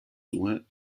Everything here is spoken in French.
soins